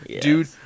Dude